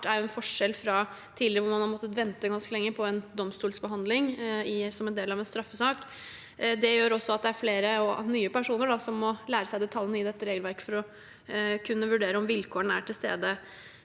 er en forskjell fra tidligere, hvor man har måttet vente ganske lenge på en domstolsbehandling som en del av en straffesak. Det gjør også at det er flere og nye personer som må lære seg detaljene i dette regelverket for å kunne vurdere om vilkårene er til stede.